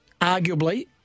arguably